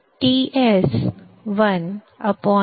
Ts 1 fs म्हणून ठेवले आहे